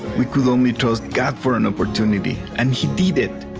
we could only ask god for an opportunity, and he did it.